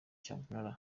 cyamunara